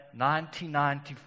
1995